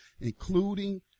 including